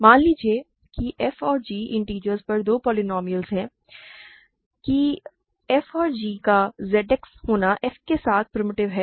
मान लीजिए कि f और g इंटिजर्स पर दो पोलीनोमिअल हैं कि f और g का Z X होना f के साथ प्रिमिटिव है